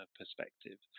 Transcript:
perspective